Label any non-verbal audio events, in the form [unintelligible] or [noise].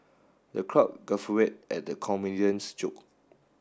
the crowd [unintelligible] at the comedian's joke